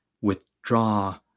withdraw